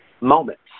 moments